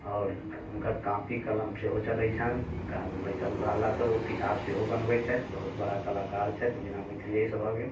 आओर हुनकर कॉपी कलम सेहो चलै छनि आओर बैसल रहला तऽ ओ किताब सेहो बनबै छथि बहुत बड़ा कलाकार छथि जेना मिथिलेश भऽ गेल